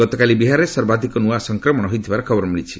ଗତକାଲି ବିହାରରେ ସର୍ବାଧିକ ନ୍ତଆ ସଂକ୍ରମଣ ହୋଇଥିବାର ଖବର ମିଳିଛି